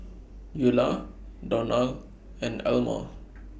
Eula Donal and Elmore